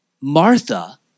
Martha